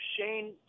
Shane